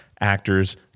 actors